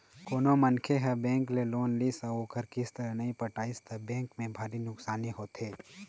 कोनो मनखे ह बेंक ले लोन लिस अउ ओखर किस्त ल नइ पटइस त बेंक के भारी नुकसानी होथे